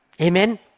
Amen